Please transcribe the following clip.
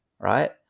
Right